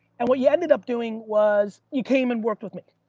and what you ended up doing was you came and worked with me